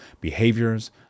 behaviors